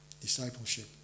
discipleship